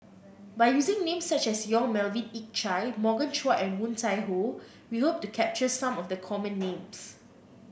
by using names such as Yong Melvin Yik Chye Morgan Chua and Woon Tai Ho we hope to capture some of the common names